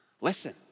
listen